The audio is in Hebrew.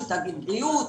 של תאגיד בריאות,